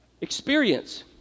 Experience